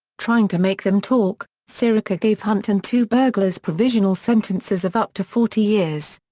trying to make them talk, sirica gave hunt and two burglars provisional sentences of up to forty years.